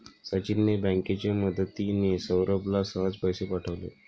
सचिनने बँकेची मदतिने, सौरभला सहज पैसे पाठवले